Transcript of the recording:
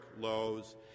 lows